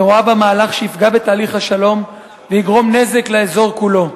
ורואה בה מהלך שיפגע בתהליך השלום ויגרום נזק לאזור כולו.